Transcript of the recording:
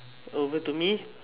over to me